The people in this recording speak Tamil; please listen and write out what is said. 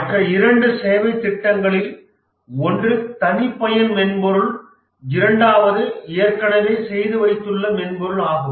மற்ற இரண்டு சேவை திட்டங்களில் ஒன்று தனிப்பயன் மென்பொருள் இரண்டாவது ஏற்கனவே செய்து வைத்துள்ள மென்பொருள் ஆகும்